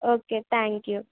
okay thank you